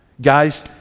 Guys